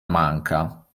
manca